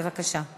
בבקשה.